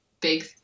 big